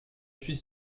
suis